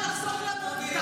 השר הולך לחסוך לנו את הארכיון,